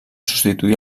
substituí